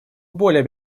более